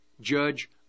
Judge